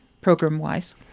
program-wise